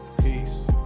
Peace